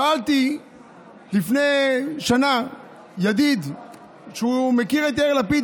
שאלתי לפני שנה ידיד שמכיר את יאיר לפיד,